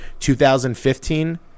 2015